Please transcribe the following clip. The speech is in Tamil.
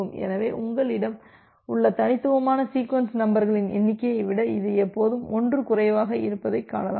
எனவே உங்களிடம் உள்ள தனித்துவமான சீக்வென்ஸ் நம்பர்களின் எண்ணிக்கையை விட இது எப்போதும் 1 குறைவாக இருப்பதைக் காணலாம்